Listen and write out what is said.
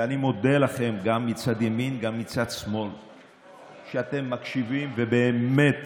ואני מודה לכם גם מצד ימין וגם מצד שמאל שאתם מקשיבים ובאמת